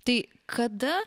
tai kada